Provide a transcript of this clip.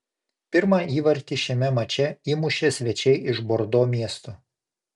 pirmą įvartį šiame mače įmušė svečiai iš bordo miesto